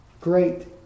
great